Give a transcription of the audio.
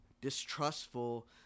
distrustful